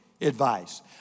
advice